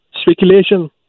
speculation